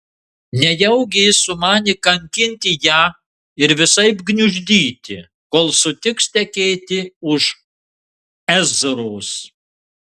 nejaugi jis sumanė kankinti ją ir visaip gniuždyti kol sutiks tekėti už ezros